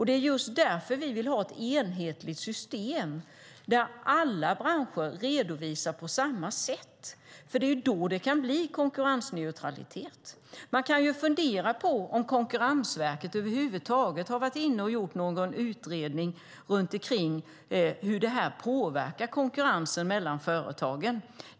Det är just därför vi vill ha ett enhetligt system där alla branscher redovisar på samma sätt, för det är ju då det kan bli konkurrensneutralitet. Man kan fundera på om Konkurrensverket över huvud taget har varit inne och gjort någon utredning om hur det här påverkar konkurrensen mellan företagen.